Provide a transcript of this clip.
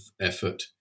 effort